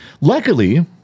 Luckily